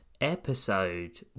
episode